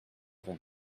vingt